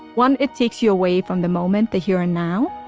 one it takes you away from the moment, the here and now,